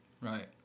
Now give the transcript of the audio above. Right